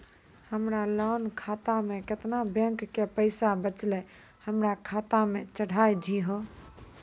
हमरा लोन खाता मे केतना बैंक के पैसा बचलै हमरा खाता मे चढ़ाय दिहो?